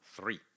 three